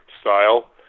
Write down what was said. style